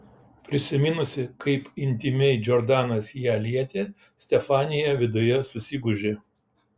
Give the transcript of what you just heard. prisiminusi kaip intymiai džordanas ją lietė stefanija viduje susigūžė